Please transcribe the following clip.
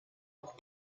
pour